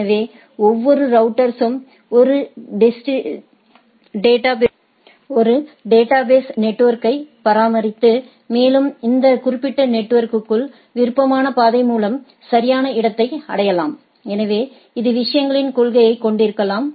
எனவே ஒவ்வொரு ரவுட்டரும் ஒரு டேட்டாபேஸ் நெட்வொர்க்கை பராமரித்து மேலும் இந்த குறிப்பிட்ட நெட்வொர்க்குகள் விருப்பமான பாதை மூலம் சரியான இடத்தை அடையலாம் எனவே இது விஷயங்களின் கொள்கையைக் கொண்டிருக்கலாம்